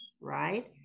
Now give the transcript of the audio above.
Right